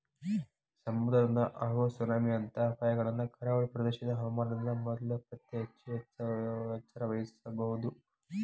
ಸಮುದ್ರದಿಂದ ಆಗೋ ಸುನಾಮಿ ಅಂತ ಅಪಾಯಗಳನ್ನ ಕರಾವಳಿ ಪ್ರದೇಶದ ಹವಾಮಾನದಿಂದ ಮೊದ್ಲ ಪತ್ತೆಹಚ್ಚಿ ಎಚ್ಚರವಹಿಸಬೊದು